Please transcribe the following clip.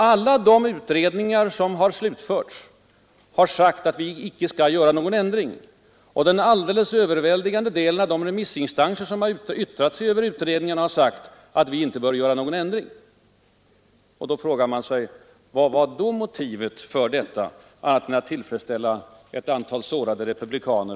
Alla utredningar som slutförts har sagt att vi inte skall göra någon förändring. Den alldeles övervägande delen av de remissinstanser som uttalat sig över utredningarna har också sagt att vi inte bör göra någon ändring. Man frågar sig: Vad var då motivet för detta förslag annat än att tillfredsställa ett antal sårade republikaner?